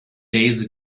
days